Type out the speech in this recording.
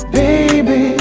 baby